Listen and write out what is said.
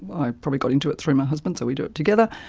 i probably got into it through my husband, so we do it together.